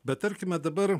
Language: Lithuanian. bet tarkime dabar